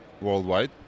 worldwide